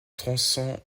tronçon